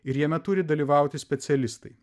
ir jame turi dalyvauti specialistai